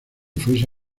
fuese